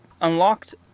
unlocked